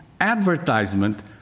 advertisement